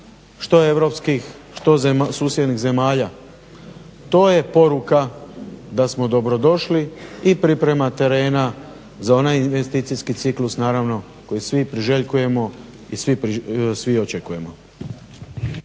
što europskih što susjednih zemalja. To je poruka da smo dobro došli i priprema terena za onaj investicijski ciklus naravno koji svi priželjkujemo i svi očekujemo.